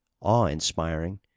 awe-inspiring